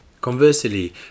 Conversely